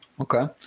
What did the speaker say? okay